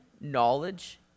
knowledge